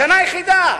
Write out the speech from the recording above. השנה היחידה.